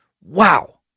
Wow